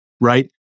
Right